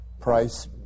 Price